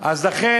לכן,